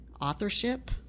authorship